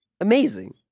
Amazing